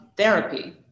therapy